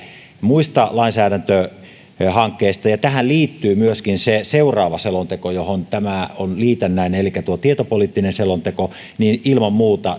muista lainsäädäntöhankkeista tähän liittyy myöskin se seuraava selonteko johon tämä on liitännäinen elikkä tietopoliittinen selonteko ja ilman muuta